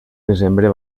desembre